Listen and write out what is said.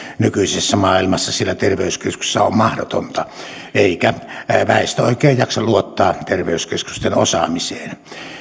nykyisessä maailmassa siellä terveyskeskuksessa on mahdotonta eikä väestö oikein jaksa luottaa terveyskeskusten osaamiseen